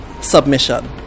submission